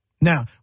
Now